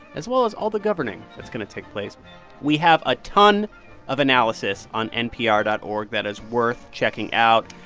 as well as all the governing that's going to take place we have a ton of analysis on npr dot org that is worth checking out,